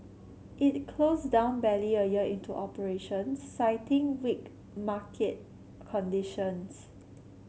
it closed down barely a year into operations citing weak market conditions